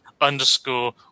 underscore